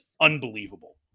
unbelievable